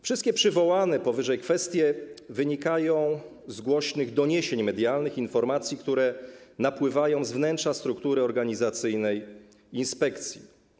Wszystkie przywołane powyżej kwestie wynikają z głośnych doniesień medialnych, informacji, które napływają z wnętrza struktury organizacyjnej inspekcji.